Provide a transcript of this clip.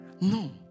No